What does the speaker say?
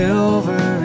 Silver